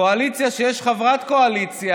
קואליציה שיש בה חברת קואליציה